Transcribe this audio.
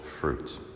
fruit